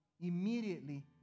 immediately